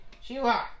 Shiva